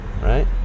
right